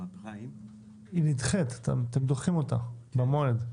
אתם דוחים אותה במועד.